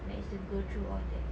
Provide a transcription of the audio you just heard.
managed to go through all that